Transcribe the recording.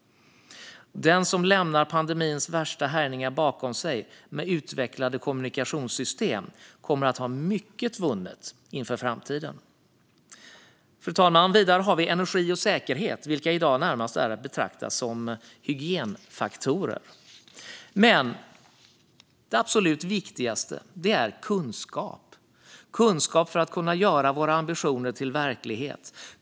Den som lämnar pandemins värsta härjningar bakom sig med utvecklade kommunikationssystem kommer att ha mycket vunnet inför framtiden. Fru talman! Vidare har vi energi och säkerhet, vilka i dag närmast är att betrakta som hygienfaktorer. Men det absolut viktigaste är kunskap för att kunna göra våra ambi-tioner till verklighet.